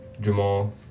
Jamal